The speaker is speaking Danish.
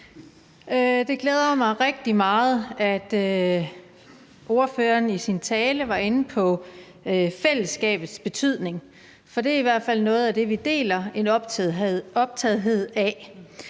Det glæder mig rigtig meget, at ordføreren i sin tale var inde på fællesskabets betydning, for det er i hvert fald noget af det, vi deler en optagethed af.